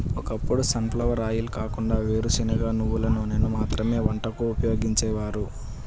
ఒకప్పుడు sunflower oil కాకుండా వేరుశనగ, నువ్వుల నూనెను మాత్రమే వంటకు ఉపయోగించేవారు